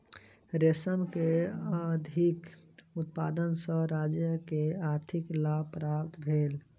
रेशम के अधिक उत्पादन सॅ राज्य के आर्थिक लाभ प्राप्त भेल